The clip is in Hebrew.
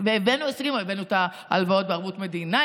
והבאנו הישגים: הבאנו את ההלוואות בערבות מדינה,